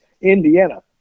Indiana